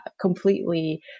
completely